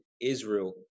Israel